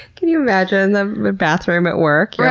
can you imagine the bathroom at work? yeah